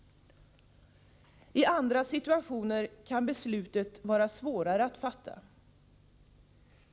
I andra situationer kan beslutet vara svårare att fatta.